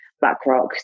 BlackRock